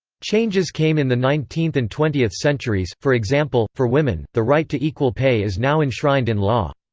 changes came in the nineteenth and twentieth centuries for example, for women, the right to equal pay is now enshrined in law.